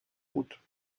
autoroute